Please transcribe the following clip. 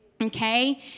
Okay